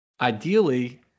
ideally